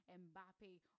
mbappe